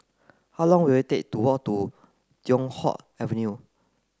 how long will it take to walk to Teow Hock Avenue